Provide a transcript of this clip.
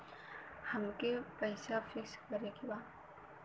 अमके पैसा फिक्स करे के बा?